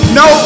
no